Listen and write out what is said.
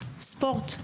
ספורט,